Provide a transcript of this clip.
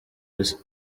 isi